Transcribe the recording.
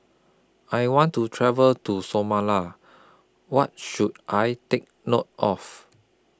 I want to travel to Somala What should I Take note of